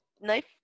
knife